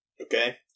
Okay